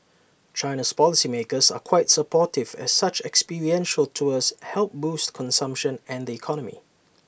China's policy makers are quite supportive as such experiential tours help boost consumption and the economy